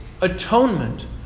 atonement